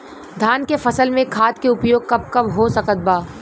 धान के फसल में खाद के उपयोग कब कब हो सकत बा?